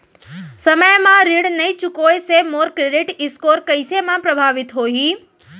समय म ऋण नई चुकोय से मोर क्रेडिट स्कोर कइसे म प्रभावित होही?